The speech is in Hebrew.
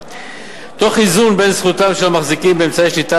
תוך איזון בין זכותם של המחזיקים באמצעי השליטה